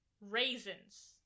Raisins